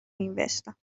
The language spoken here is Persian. مینوشتم